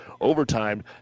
overtime